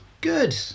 Good